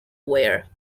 ware